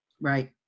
Right